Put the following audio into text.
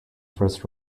first